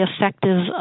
effective